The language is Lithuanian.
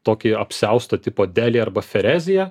tokį apsiaustą tipodelį arba fereziją